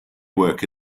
work